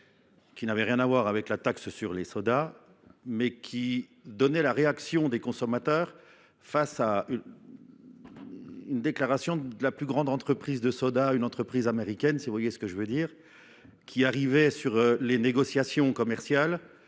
qui n’avait rien à voir avec la taxe sur les sodas, mais qui rapportait les réactions des consommateurs à une déclaration de la plus grande entreprise de sodas, une entreprise américaine – vous voyez de qui je veux parler… –, alors en pleine négociation commerciale